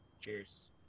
cheers